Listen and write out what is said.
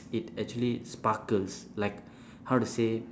it actually sparkles like how to say